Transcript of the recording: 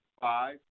five